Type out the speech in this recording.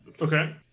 Okay